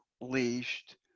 leashed